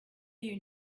you